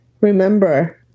remember